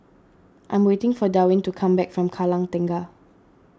I am waiting for Darwin to come back from Kallang Tengah